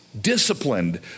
disciplined